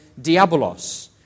diabolos